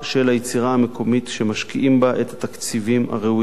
היצירה המקומית שמשקיעים בה את התקציבים הראויים.